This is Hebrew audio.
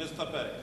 אני מסתפק.